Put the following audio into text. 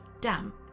damp